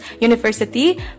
university